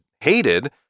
hated